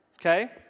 Okay